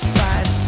five